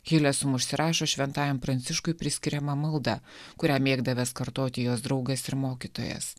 hiles užsirašo šventajam pranciškui priskiriamą maldą kurią mėgdavęs kartoti jos draugas ir mokytojas